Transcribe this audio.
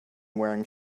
wearing